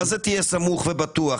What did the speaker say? מה זה "תהיה סמוך ובטוח"?